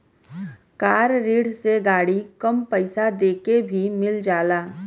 कार ऋण से गाड़ी कम पइसा देके भी मिल जाला